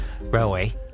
Railway